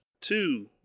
two